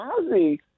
Ozzy